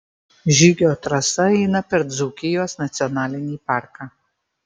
žygio trasa eina per dzūkijos nacionalinį parką